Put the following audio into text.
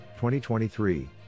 2023